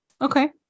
okay